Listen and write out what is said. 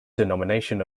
denomination